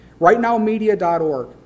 Rightnowmedia.org